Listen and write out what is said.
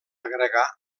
agregar